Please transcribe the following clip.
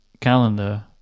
calendar